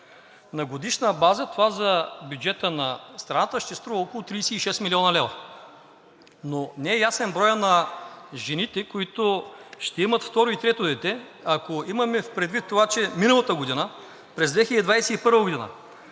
На годишна база това за бюджета на страната ще струва около 36 млн. лв., но не е ясен броят на жените, които ще имат второ и трето дете. Ако имаме предвид това, че миналата година – през 2021 г. са